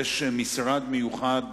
יש משרד מיוחד